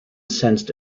sensed